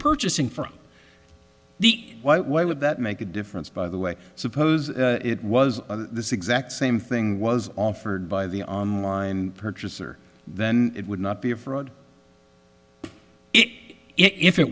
purchasing for the why would that make a difference by the way suppose it was this exact same thing was offered by the online purchaser then it would not be a fraud it i